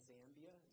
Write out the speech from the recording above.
Zambia